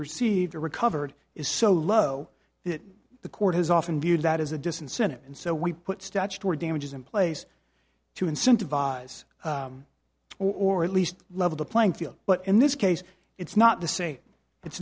received or recovered is so low that the court has often viewed that as a disincentive and so we put statutory damages in place to incentivize or at least level the playing field but in this case it's not the same it's